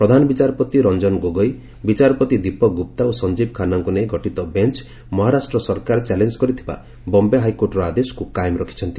ପ୍ରଧାନ ବିଚାରପତି ରଞ୍ଜନ ଗୋଗୋଇ ବିଚାରପତି ଦୀପକ ଗ୍ରପ୍ତା ଓ ସଞ୍ଜିବ ଖାନ୍ତାଙ୍କ ନେଇ ଗଠିତ ବେଞ୍ ମହାରାଷ୍ଟ୍ର ସରକାର ଚ୍ୟାଲେଞ୍ଜ କରିଥିବା ବମ୍ବେ ହାଇକୋର୍ଟ୍ର ଆଦେଶକୁ କାୟମ୍ ରଖିଛନ୍ତି